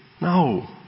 No